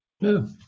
no